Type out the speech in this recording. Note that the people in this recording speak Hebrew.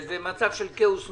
זה מצב של כאוס מוחלט,